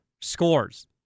scores